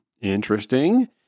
Interesting